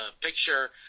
picture